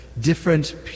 Different